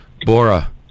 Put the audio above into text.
Bora